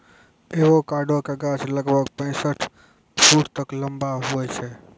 avocado के गाछ लगभग पैंसठ फुट तक लंबा हुवै छै